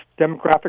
demographic